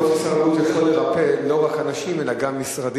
יכול להיות ששר הבריאות יכול לרפא לא רק אנשים אלא גם משרדים,